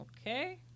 okay